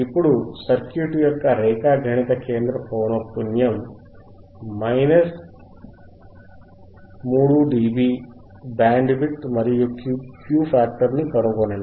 ఇప్పుడు సర్క్యూట్ యొక్క రేఖాగణిత కేంద్ర పౌనఃపున్యం 3డిబి బ్యాండ్ విడ్త్ మరియు Q ఫ్యాక్టర్ ని కనుగొనండి